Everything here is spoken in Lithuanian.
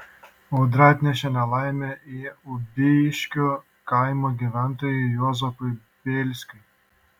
audra atnešė nelaimę ir ubiškių kaimo gyventojui juozapui bėlskiui